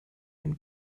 ein